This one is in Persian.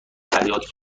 فریاد